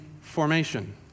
formation